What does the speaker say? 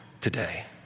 today